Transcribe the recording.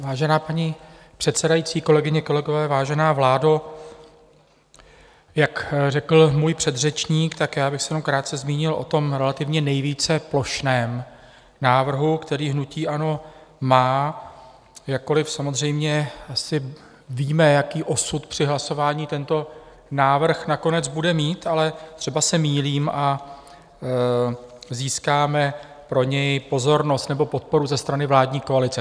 Vážená paní předsedající, kolegyně, kolegové, vážená vládo, jak řekl můj předřečník, tak já bych se jenom krátce zmínil o tom relativně nejvíce plošném návrhu, který hnutí ANO má, jakkoli samozřejmě asi víme, jaký osud při hlasování tento návrh nakonec bude mít, ale třeba se mýlím a získáme pro něj pozornost a podporu ze strany vládní koalice.